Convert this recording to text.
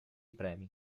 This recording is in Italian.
premi